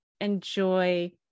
enjoy